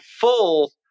full